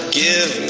give